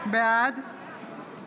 בעד